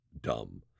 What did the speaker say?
dumb